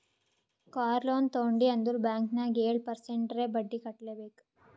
car loan ತೊಂಡಿ ಅಂದುರ್ bank ನಾಗ್ ಏಳ್ ಪರ್ಸೆಂಟ್ರೇ ಬಡ್ಡಿ ಕಟ್ಲೆಬೇಕ್